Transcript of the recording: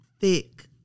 thick